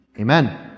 amen